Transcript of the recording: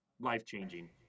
life-changing